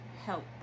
help